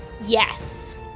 Yes